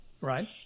Right